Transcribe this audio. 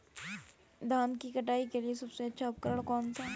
धान की कटाई के लिए सबसे अच्छा उपकरण कौन सा है?